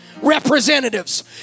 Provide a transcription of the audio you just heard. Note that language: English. representatives